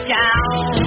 down